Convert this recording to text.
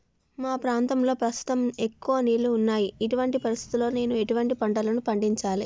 మా ప్రాంతంలో ప్రస్తుతం ఎక్కువ నీళ్లు ఉన్నాయి, ఇటువంటి పరిస్థితిలో నేను ఎటువంటి పంటలను పండించాలే?